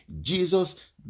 Jesus